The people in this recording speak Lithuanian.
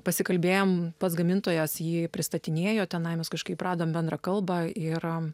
pasikalbėjome pats gamintojas jį pristatinėjo tenai mes kažkaip radome bendrą kalbą yra